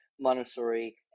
Montessori